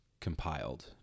compiled